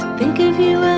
think of you